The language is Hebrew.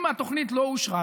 אם התוכנית לא אושרה,